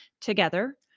Together